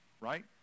right